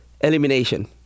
elimination